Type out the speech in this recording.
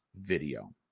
video